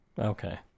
Okay